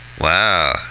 Wow